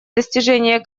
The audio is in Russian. достижение